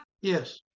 Yes